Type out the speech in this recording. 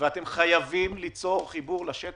אני שמח לפתוח את ישיבת ועדת הכספים,